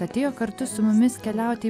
atėjo kartu su mumis keliaut į